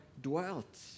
dwelt